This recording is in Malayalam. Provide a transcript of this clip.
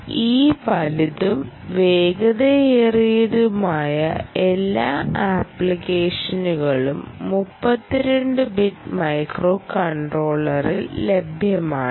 ഈ വലുതും വേഗതയേറിയതുമായ എല്ലാ ആപ്ലിക്കേഷനുകളും 32 ബിറ്റ് മൈക്രോകൺട്രോളറിൽ ലഭ്യമാണ്